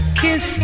kiss